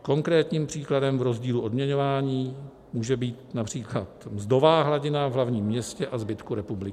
Konkrétním příkladem v rozdílu odměňování může být například mzdová hladina v hlavním městě a zbytku republiky.